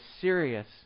serious